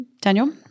Daniel